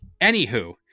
anywho